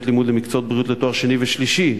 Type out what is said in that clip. לימוד למקצועות בריאות לתואר שני ושלישי,